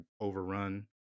overrun